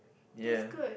ya